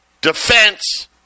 defense